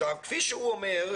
כפי שהוא אומר,